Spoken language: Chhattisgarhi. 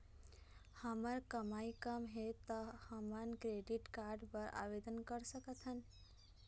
हमर कमाई कम हे ता हमन क्रेडिट कारड बर आवेदन कर सकथन?